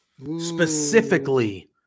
specifically